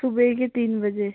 सुबह के तीन बजे